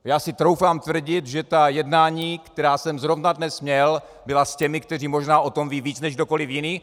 Já si troufám tvrdit, že ta jednání, která jsem zrovna dnes měl, byla s těmi, kteří možná o tom vědí víc než kdokoliv jiný.